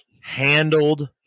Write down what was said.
handled